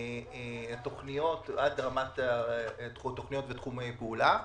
תוכניות ותחומי פעולה.